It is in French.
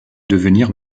devenir